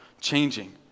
changing